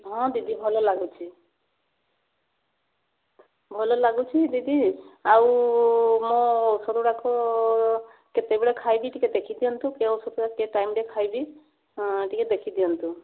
ହଁ ଦିଦି ଭଲ ଲାଗୁଛି ଭଲ ଲାଗୁଛି ଦିଦି ଆଉ ମୋ ଔଷଧଗୁଡ଼ାକ କେତେବେଳେ ଖାଇବି ଟିକେ ଦେଖି ଦିଅନ୍ତୁ କେଉଁ ଔଷଧ କେ ଟାଇମ୍ରେ ଖାଇବି ହଁ ଟିକେ ଦେଖି ଦିଅନ୍ତୁ